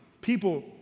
people